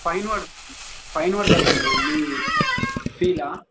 fine వాా fine పెడతాం మీ మీదా